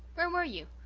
where were you?